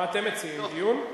מה אתם מציעים, דיון?